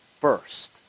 first